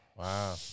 Wow